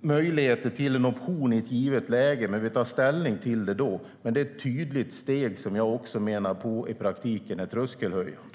möjligheter till en option i ett givet läge, men vi tar ställning till det då. Men det är ett tydligt steg som i praktiken är tröskelhöjande.